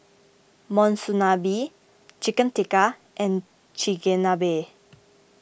Monsunabe Chicken Tikka and Chigenabe